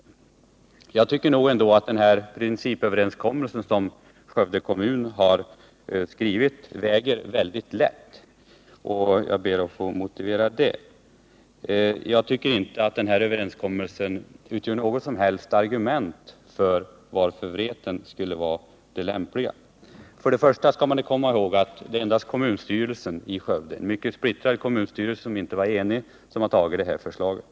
110 Jag tycker ändå att den principöverenskommelse som Skövde kommun har träffat väger väldigt lätt, och jag ber att få motivera det. Jag anser inte att överenskommelsen utgör något som helst argument för att Vreten skulle vara det lämpliga alternativet. För det första skall man komma ihåg att endast kommunstyrelsen i Skövde — en mycket splittrad kommunstyrelse — har antagit förslaget.